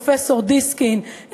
פרופסור דיסקין,